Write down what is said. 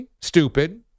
stupid